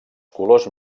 colors